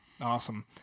Awesome